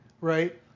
Right